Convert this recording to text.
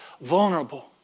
vulnerable